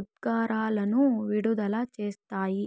ఉద్గారాలను విడుదల చేస్తాయి